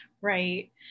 Right